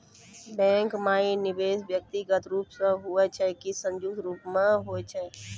Bank माई निवेश व्यक्तिगत रूप से हुए छै की संयुक्त रूप से होय छै?